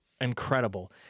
incredible